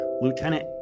Lieutenant